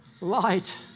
light